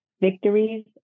victories